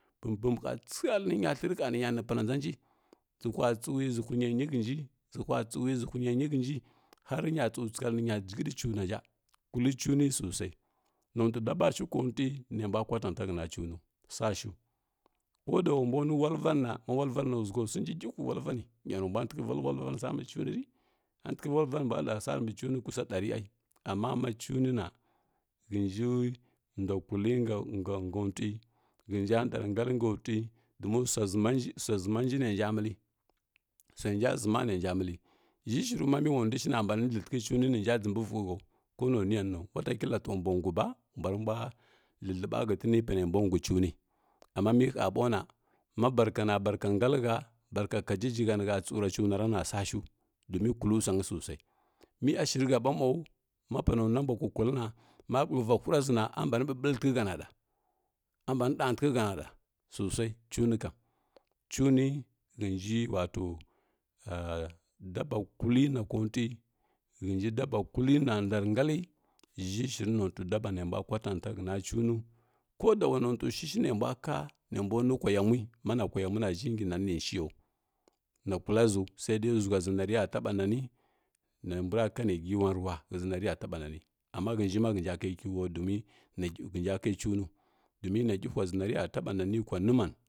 tsəghali ni nya ni pa na ndʒanji dsəhwo tsəwi dsəhwə nyə nyi hənji dsəhwa tsəwi dsəhwə nuə nyi həni har ə nya dsəw tsəghali nya gidəghə cuna ʒha kullə cuna sosai nontiə daba shi kuntəghə nə mbwa kwatanta həna cuno swashu ko da wa mbw nwi walvan na ʒəgho swin kilvi walvani inya nə mbwa təghə wallan mbi cuni vi a təghə wəvanə ni mbwa ɗa sary mbi cuni kusa ɗari ai amma ma cunə na hənji ndwa kullə nga-nga ntwy hənja ndarə ngə kunty domi swa ʒama-swa zamanji no hənji məlli swai nja ʒəma nənja məlli ʒhi shiryo ma mi wa ndwa mbani dəghənti cuni nənja dsəmbo vəghao ko na nwi yannaw watakilla nto mbw ghəu bo mbwa rə mbwa dləlləba hətəni pa nə mbwa ghəu cuni amma mi ha ɓaw na ma barka na barka ngacəha bako kagigi ha nə ha tsəu re cuna ra na swa shəu domin kullə swa nə sosai mi a shiri ha ɓa mau ma pana nwa mbwa kukuli na ma bəghəva hura ʒina a ban ɓəɓələntəgha na ɗa, a banə ɗantəgha na ɗa sosai cunə kam cuni hənyi wato daba kulli na kunty hənji daba kluli na nda ngalli ʒhi shiru nontəghə dabo nə mbwa kwatanta həna cuno koda wanontəghə swi shi nə mbwa ka nə mbw nwi kwa yamwi ma na kwa yamwi na ʒhi ngi nazi nə cigawa na kulla ʒu sai dai ʒəghwaʒaghi na riga taba nany ny mbw ra ka nə giwan ruwa həʒʒna riya taɓa nani amma hənji ma hənja ka giwo lənja kai domi na gihwa ʒi na rəya taɓa mani kwa numan.